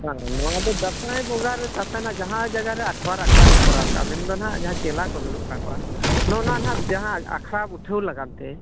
ᱵᱟᱝ ᱱᱚᱣᱟ ᱫᱚ ᱫᱟᱸᱥᱟᱭ ᱵᱚᱸᱜᱟᱨᱮ ᱫᱟᱸᱥᱟᱭ ᱱᱟᱜ ᱡᱟᱦᱟᱸ ᱡᱟᱭᱜᱟᱨᱮ ᱟᱴᱷᱣᱟᱨ ᱟᱠᱷᱲᱟ ᱠᱚ ᱠᱚᱨᱟᱣ ᱠᱟᱜᱼᱟ ᱢᱮᱱ ᱫᱚ ᱦᱟᱜ ᱡᱟᱦᱟᱸ ᱪᱮᱞᱟ ᱠᱚ ᱫᱩᱲᱩᱵ ᱠᱟᱠᱚᱣᱟ ᱱᱚᱜᱼᱚᱸᱭ ᱚᱱᱟ ᱦᱟᱜ ᱡᱟᱦᱟᱸ ᱟᱠᱷᱲᱟ ᱵᱚ ᱩᱴᱷᱟᱹᱣ ᱞᱟᱜᱟᱱᱛᱮ